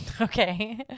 Okay